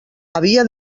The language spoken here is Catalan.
havia